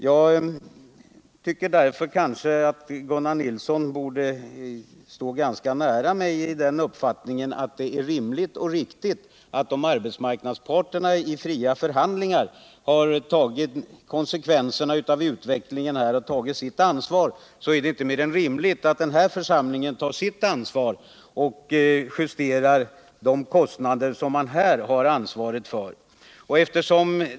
Jag tycker därför att Gunnar Nilsson borde stå ganska nära mig i uppfattningen att det är rimligt och riktigt —- om arbetsmarknadsparterna i fria förhandlingar tagit konsekvenserna av utvecklingen och tagit sitt ansvar — att den här församlingen tar sitt ansvar och justerar de kostnader som den kan bestämma över.